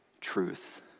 truth